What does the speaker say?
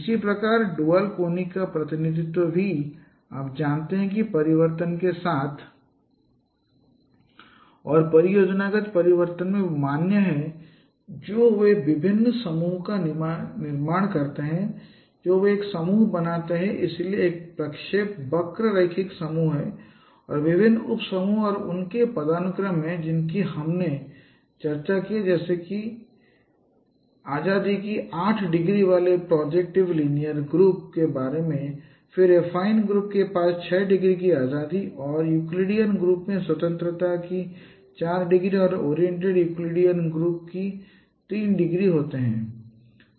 इसी प्रकार dual conics का प्रतिनिधित्व भी आप जानते हैं कि परिवर्तन के स्थान और परियोजनागत परिवर्तन में वे मान्य हैं जो वे विभिन्न समूहों का निर्माण करते हैं जो वे एक समूह बनाते हैं इसलिए यह एक प्रक्षेपवक्र रैखिक समूह है और विभिन्न उप समूह और उनके पदानुक्रम हैं जिनकी हमने चर्चा की है जैसे कि हमने चर्चा की है आजादी के 8 डिग्री वाले प्रॉजेक्टिव लीनियर ग्रुप के बारे में फिर एफाइन ग्रुप के पास 6 डिग्री की आजादी और यूक्लिडियन ग्रुप में स्वतंत्रता की 4 डिग्री और ओरिएंटेड यूक्लिडियन ग्रुप की 3 डिग्री होती है